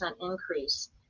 increase